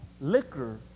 liquor